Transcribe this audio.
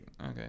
okay